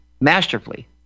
masterfully